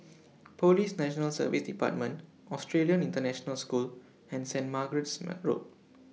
Police National Service department Australian International School and Saint Margaret's Road